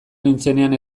nintzenean